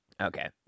okay